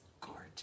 gorgeous